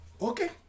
Okay